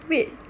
wait